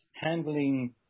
handling